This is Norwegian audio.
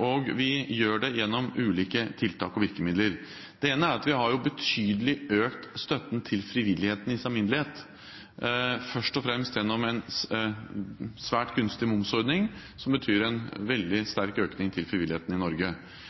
og vi gjør det gjennom ulike tiltak og virkemidler. Det ene er at vi betydelig har økt støtten til frivillighet i sin alminnelighet, først og fremst gjennom en svært gunstig momsordning, som betyr en veldig sterk økning til frivilligheten i Norge.